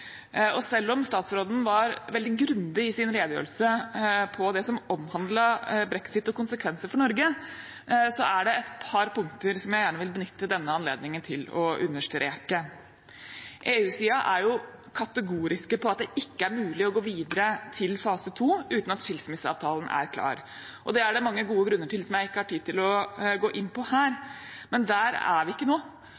Selv om statsråden var veldig grundig i sin redegjørelse om det som omhandlet brexit og konsekvenser for Norge, er det et par punkter jeg gjerne vil benytte denne anledningen til å understreke. EU-siden er kategorisk på at det ikke er mulig å gå videre til fase 2 uten at skilsmisseavtalen er klar. Det er det mange gode grunner til, som jeg ikke har tid til å gå inn på her.